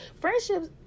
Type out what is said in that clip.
friendships